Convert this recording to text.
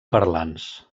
parlants